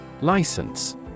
License